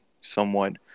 somewhat